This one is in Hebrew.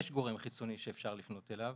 יש גורם חיצוני שאפשר לפנות אליו.